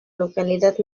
localidad